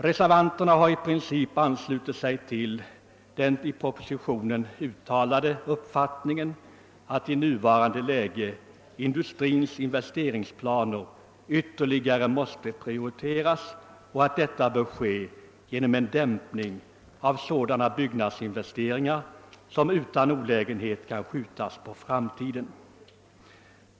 Reservanterna har i princip anslutit sig till den i propositionen uttalade uppfattningen, att industrins investerings planer i nuvarande läge ytterligare måste prioriteras och att detta bör ske genom en dämpning av sådana byggnadsinvesteringar vilka utan olägenhet kan skjutas på framtiden.